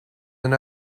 and